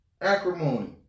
Acrimony